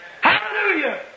Hallelujah